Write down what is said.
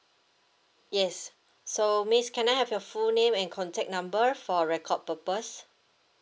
yes so miss can I have your full name and contact number for record purpose